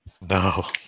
No